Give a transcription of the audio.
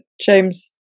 James